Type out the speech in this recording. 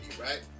right